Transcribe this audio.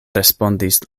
respondis